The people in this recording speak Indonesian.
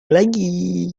lagi